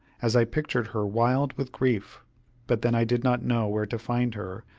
as i pictured her wild with grief but then i did not know where to find her,